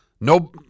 No